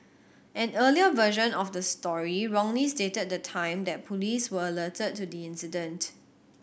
an earlier version of the story wrongly stated the time that police were alerted to the incident